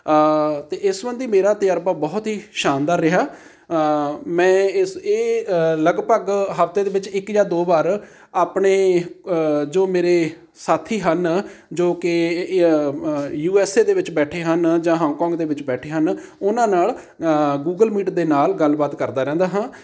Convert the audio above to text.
ਅਤੇ ਇਸ ਸੰਬੰਧੀ ਮੇਰਾ ਤਜ਼ਰਬਾ ਬਹੁਤ ਹੀ ਸ਼ਾਨਦਾਰ ਰਿਹਾ ਮੈਂ ਇਸ ਇਹ ਲਗਭਗ ਹਫਤੇ ਦੇ ਵਿੱਚ ਇੱਕ ਜਾਂ ਦੋ ਵਾਰ ਆਪਣੇ ਜੋ ਮੇਰੇ ਸਾਥੀ ਹਨ ਜੋ ਕਿ ਯੂ ਐੱਸ ਏ ਦੇ ਵਿੱਚ ਬੈਠੇ ਹਨ ਜਾਂ ਹਾਂਗਕੌਂਗ ਦੇ ਵਿੱਚ ਬੈਠੇ ਹਨ ਉਹਨਾਂ ਨਾਲ ਗੂਗਲ ਮੀਟ ਦੇ ਨਾਲ ਗੱਲਬਾਤ ਕਰਦਾ ਰਹਿੰਦਾ ਹਾਂ